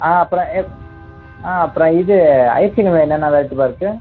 அப்புறம் அப்புறம் இது ஐஸ்கிரீமில் என்னென்ன வெரைட்டிப்பா இருக்கு